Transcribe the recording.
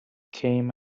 came